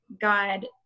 God